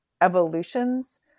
evolutions